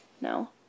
No